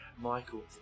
Michael